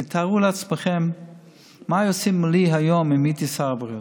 תתארו לעצמכם מה היו עושים לי היום אם הייתי שר הבריאות.